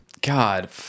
god